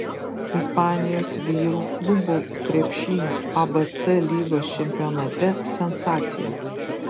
ispanijos vyrų klubų krepšinio abc lygos čempionate sensacija